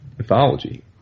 mythology